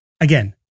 again